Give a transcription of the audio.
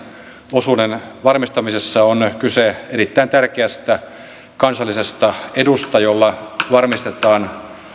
osuuden varmistamisessa on kyse erittäin tärkeästä kansallisesta edusta jolla varmistetaan